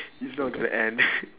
it's not gonna end